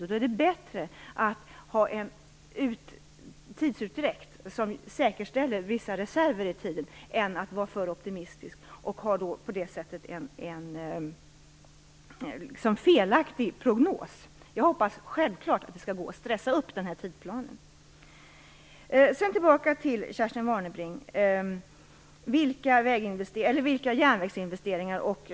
Det är bättre att ha en tidsutdräkt som säkerställer vissa reserver i tiden än att vara för optimistisk och göra en felaktig prognos. Jag hoppas självfallet att det skall gå att skynda på tidsplanen. Sedan tillbaka till Kerstin Warnerbrings fråga om järnvägsinvesteringar.